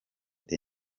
the